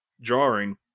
jarring